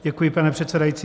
Děkuji, pane předsedající.